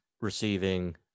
receiving